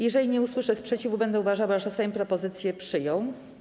Jeżeli nie usłyszę sprzeciwu, będę uważała, że Sejm propozycję przyjął.